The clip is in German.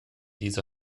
diese